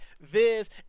Viz